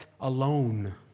alone